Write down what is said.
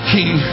King